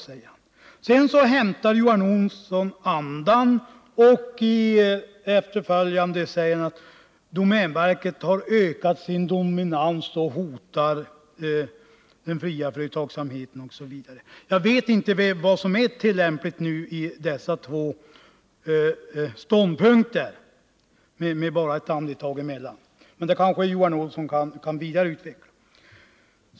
Men sedan han hämtat andan säger han att domänverket ökat sin dominans och hotar den fria företagsamheten osv. Jag vet inte vilken av dessa två ståndpunkter, som han uttrycker med bara ett andetag emellan, som är den tillämpliga — men den frågeställningen kanske Johan Olsson kan vidareutveckla.